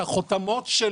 את החולמות של